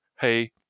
Hey